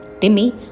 Timmy